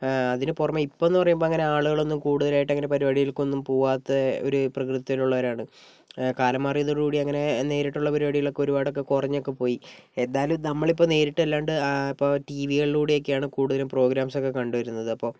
അതിനു പുറമെ ഇപ്പോഴെന്ന് പറയുമ്പോൾ അങ്ങനെ ആളുകളൊന്നും കൂടുതലായിട്ട് അങ്ങനെ പരിപാടിയിലേക്കൊന്നും പോകാത്ത ഒരു പ്രകൃതത്തിലുള്ളവരാണ് കാലം മാറിയതോടുകൂടി അങ്ങനെ നേരിട്ടുള്ള പരിപാടികളൊക്കെ ഒരുപാടൊക്കെ കുറഞ്ഞൊക്കെ പോയി എന്നാലും നമ്മളിപ്പോൾ നേരിട്ടല്ലാണ്ട് അപ്പോൾ ടി വികളിലൂടെയൊക്കെയാണ് കൂടുതലും പ്രോഗ്രാംസൊക്കെ കണ്ടുവരുന്നത് അപ്പോൾ